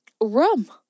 rum